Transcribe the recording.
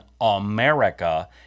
America